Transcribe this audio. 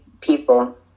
people